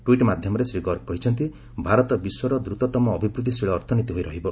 tweet ମାଧ୍ୟମରେ ଶ୍ରୀ ଗର୍ଗ କହିଛନ୍ତି ଭାରତ ବିଶ୍ୱର ଦ୍ରତତମ ଅଭିବୃଦ୍ଧିଶୀଳ ଅର୍ଥନୀତି ହୋଇରହିବ